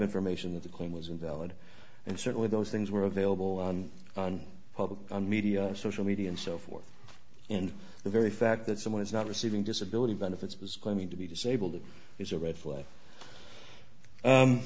information that the claim was invalid and certainly those things were available on on public media social media and so forth and the very fact that someone is not receiving disability benefits was claiming to be disabled it is a red flag